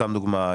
סתם דוגמה,